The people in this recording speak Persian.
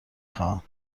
خواهم